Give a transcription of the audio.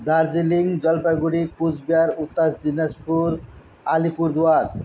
Darjeeling Jalpaiguri Cooch Behar Uttar Dinajpur Alipurduar